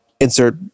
insert